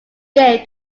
gave